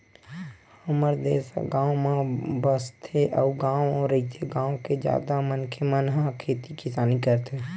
हमर देस ह गाँव म बसथे अउ गॉव रहिथे, गाँव के जादा मनखे मन ह खेती किसानी करथे